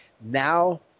Now